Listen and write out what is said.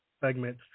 segment